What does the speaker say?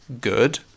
good